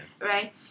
right